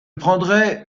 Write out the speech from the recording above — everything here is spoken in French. prendrai